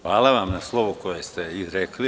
Hvala vam na slovu koje ste izrekli.